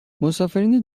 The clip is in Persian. مسافرین